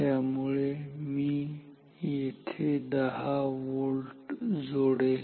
त्यामुळे मी येथे 10 व्होल्ट जोडेल